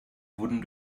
wurden